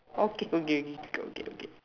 okay okay okay okay